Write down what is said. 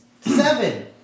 seven